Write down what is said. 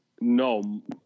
no